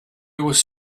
was